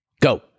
Go